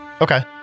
Okay